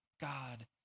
god